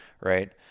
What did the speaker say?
right